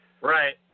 Right